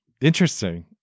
Interesting